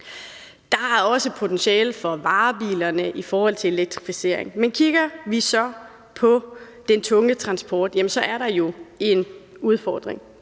Der er også potentiale for varebilerne i forhold til elektrificering, men kigger vi på den tunge transport, er der jo en udfordring.